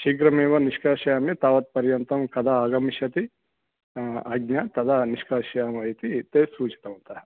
शीघ्रमेव निष्कासयामि तावत् पर्यन्तं कदा आगमिष्यति आज्ञा तदा निष्कासयामः इति ते सूचितवन्तः